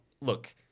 look